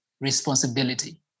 responsibility